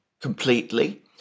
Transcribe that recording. completely